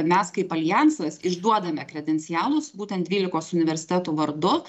mes kaip aljansas išduodame kredencialus būtent dvylikos universitetų vardu